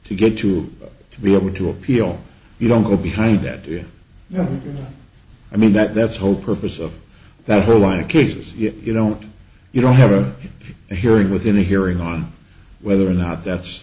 to get to be able to appeal you don't go behind that do you know i mean that that's a whole purpose of that whole line of cases if you don't you don't have a hearing within a hearing on whether or not that's